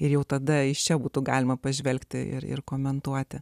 ir jau tada iš čia būtų galima pažvelgti ir ir komentuoti